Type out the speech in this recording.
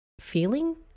feeling